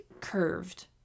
curved